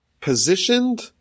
positioned